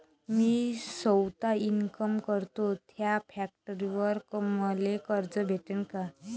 मी सौता इनकाम करतो थ्या फॅक्टरीवर मले कर्ज भेटन का?